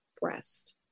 breast